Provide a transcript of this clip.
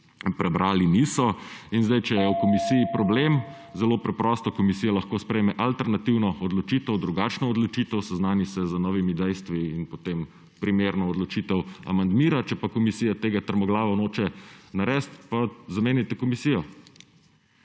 prebrali niso. In zdaj, če je v komisiji problem, zelo preprosto, komisija lahko sprejme alternativno odločitev, drugačno odločitev, seznani se z novimi dejstvi in potem primerno odločitev amandmira. Če pa komisija tega trmoglavo noče narediti, pa zamenjajte komisijo.